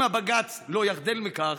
אם הבג"ץ לא יחדל מכך,